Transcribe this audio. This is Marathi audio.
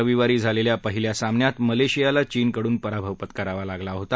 रविवारी झालेल्या पहिल्या सामन्यात मलेशियाला चीनकडून पराभव पत्करावा लागला होता